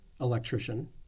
electrician